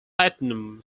platinum